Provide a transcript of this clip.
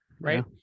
right